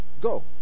Go